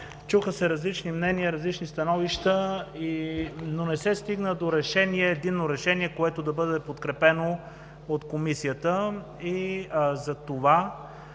Чуха се различни мнения, различни становища, но не се стигна до единно решение, което да бъде подкрепено от Комисията. Затова